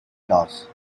laws